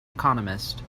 economist